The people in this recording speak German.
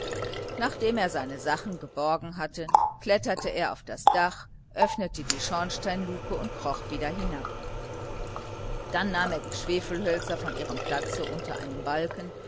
nachdem er seine sachen geborgen hatte kletterte er auf das dach öffnete die schornsteinluke und kroch wieder hinab dann nahm er die schwefelhölzer von ihrem platze unter einem balken